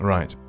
Right